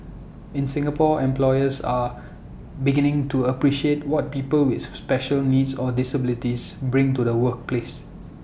in Singapore employers are beginning to appreciate what people with special needs or disabilities bring to the workplace